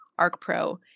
ArcPro